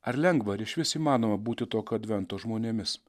ar lengva ar išvis įmanoma būti tokio advento žmonėmis